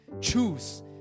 choose